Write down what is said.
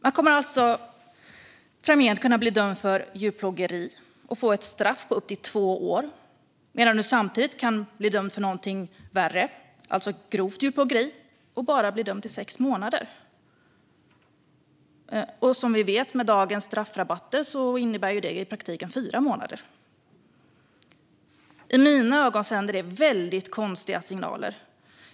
Man kommer alltså framgent att kunna bli dömd för djurplågeri och få ett straff på upp till två år - och samtidigt bli dömd för någonting värre, alltså grovt djurplågeri, och bara få sex månaders fängelse. Som vi vet innebär det med dagens straffrabatter i praktiken fyra månader. I mina ögon sänder det väldigt konstiga signaler.